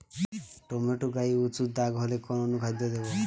Tomato গায়ে উচু দাগ হলে কোন অনুখাদ্য দেবো?